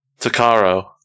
Takaro